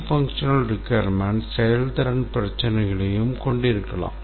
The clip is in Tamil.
nonfunctional requirements செயல்திறன் பிரச்சினைகளையும் கொண்டிருக்கலாம்